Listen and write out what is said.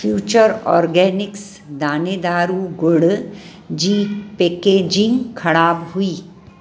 future Organics दाणेदारु ॻुड़ जी पैकेजिंग ख़राबु हुई